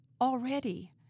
already